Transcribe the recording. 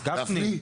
גפני.